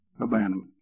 abandonment